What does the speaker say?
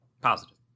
Positive